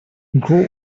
grow